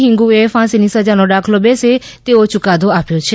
હિંગુ એ ફાંસી ની સજા નો દાખલો બેસે તેવો ચુકાદો આપ્યો છે